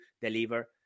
deliver